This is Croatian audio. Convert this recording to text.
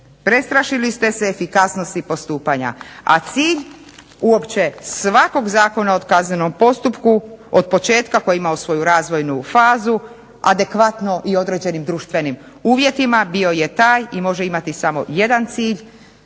prestrašili ste se efikasnosti postupanja. A cilj uopće svakog Zakona o kaznenom postupku od početka koji je imao svoju razvojnu fazu adekvatno i određenim društvenim uvjetima bio je taj i može imati samo jedan cilj